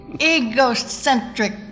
egocentric